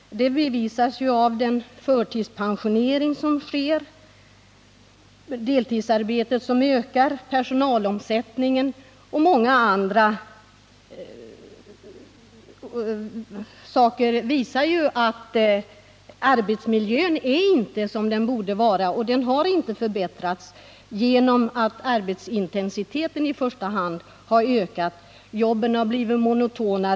Förtidspensioneringen, ökningen av deltidsarbetet, den stora personalomsättningen och många andra ting visar att arbetsmiljön inte är som den borde vara. Den har inte förbättrats. Tvärtom har arbetsintensiteten ökat och jobben blivit mer monotona.